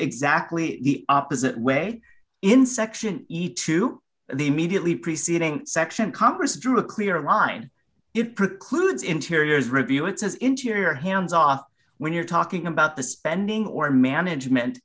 exactly the opposite way in section two the immediately preceding section congress drew a clear line it precludes interiors review it says interior hands off when you're talking about the spending or management